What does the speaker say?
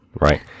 Right